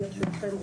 ברשותכם,